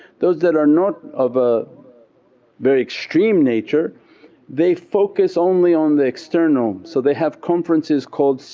those that are not of a very extreme nature they focus only on the external so they have conferences called,